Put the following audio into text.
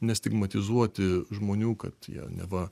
nestigmatizuoti žmonių kad jie neva